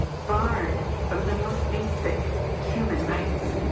barred from the most basic human rights?